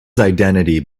identity